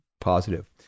positive